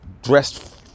dressed